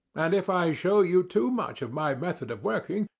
and if i show you too much of my method of working,